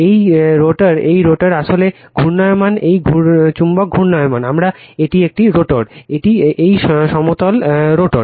এই রোটার এই রোটার আসলে ঘূর্ণায়মান এই চুম্বক ঘূর্ণায়মান আমরা এটি একটি রোটার এই সমতল রোটার